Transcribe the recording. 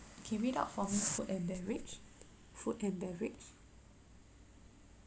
okay read out from food and beverage food and beverage